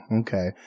okay